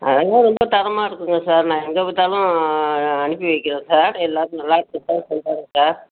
அதெல்லாம் ரொம்ப தரமாக இருக்குங்க சார் நான் எங்கே பார்த்தாலும் அனுப்பி வைக்கிறேன் சார் எல்லாேரும் நல்லா இருக்கும்தான் சொல்கிறாங்க சார்